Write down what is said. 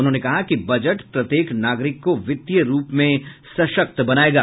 उन्होंने कहा कि बजट प्रत्येक नागरिक को वित्तीय रूप में सशक्त बनाएगा